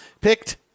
picked